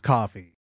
Coffee